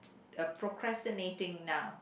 uh procrastinating now